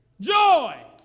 Joy